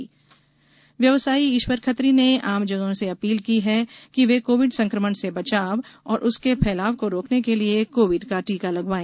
जन आंदोलन व्यवसायी ईश्वर खत्री ने आमजनों से अपील की है कि वे कोविड संकमण से बचाव और उसके फैलाव को रोकने के लिये कोविड का टीका लगवाए